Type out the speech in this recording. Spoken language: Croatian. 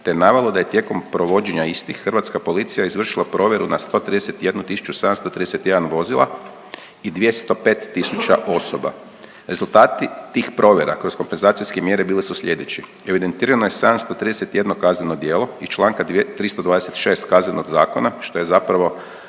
te navelo da je tijekom provođenja istih hrvatska policija izvršila provjeru na 131 731 vozila i 205 tisuća osoba. Rezultati tih provjera kroz kompenzacijske mjere bile su slijedeći. Evidentirano je 731 kazneno djelo iz čl. 326. Kaznenog zakona, što je zapravo